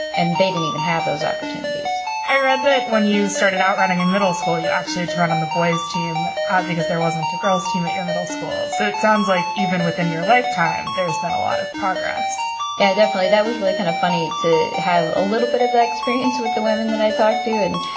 and they didn't even have those opportunities i read that when you started out running in middle school, you actually to run on the boys team because there wasn't a girls team at your middle school. so it sounds like even within your lifetime there's been a lot of progress yeah, definitely. that was really kind of funny to have a little bit of experience with the women that i talked to. and,